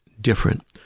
different